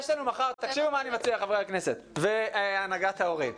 תקשיבו מה אני מציע חברי הכנסת והנהגת ההורים,